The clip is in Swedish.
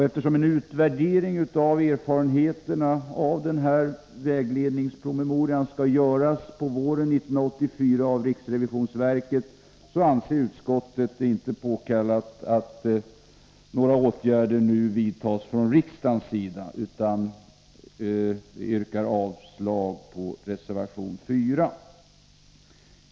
Eftersom en utvärdering av erfarenheterna av denna vägledningspromemoria skall göras av riksrevisionsverket våren 1984 anser utskottet det inte påkallat att några åtgärder nu vidtas från riksdagens sida. Jag yrkar avslag på reservation 4.